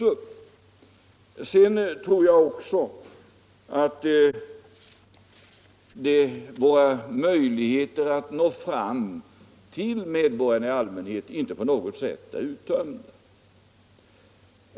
Vidare tror jag inte att våra möjligheter att nå ut till medborgarna i allmänhet är uttömda på något sätt.